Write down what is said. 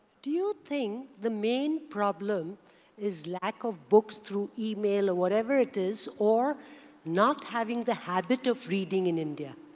do you think the main problem is lack of books, through email or whatever it is, or not having the habit of reading in india?